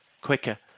quicker